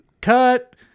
cut